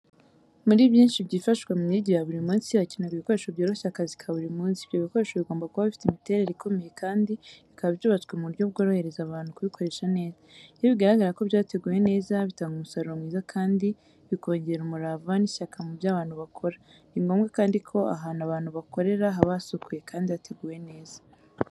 Muri byinshi byifashishwa mu myigire ya buri munsi, hakenerwa ibikoresho byoroshya akazi ka buri munsi. Ibyo bikoresho bigomba kuba bifite imiterere ikomeye kandi bikaba byubatswe mu buryo bworohereza abantu kubikoresha neza. Iyo bigaragara ko byateguwe neza, bitanga umusaruro mwiza kandi bikongera umurava n’ishyaka mu byo abantu bakora. Ni ngombwa kandi ko ahantu abantu bakorera haba hasukuye kandi hateguwe neza.